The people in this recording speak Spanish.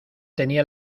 tenía